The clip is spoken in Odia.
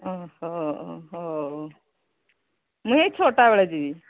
ହଁ ହଁ ହଉ ମୁଁ ଏଇ ଛଅଟା ବେଳେ ଯିବି